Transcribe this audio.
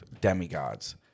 demigods